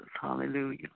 Hallelujah